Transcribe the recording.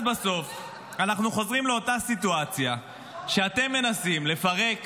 אז בסוף אנחנו חוזרים לאותה סיטואציה שאתם מנסים לפרק